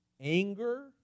anger